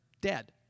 dead